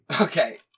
Okay